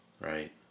Right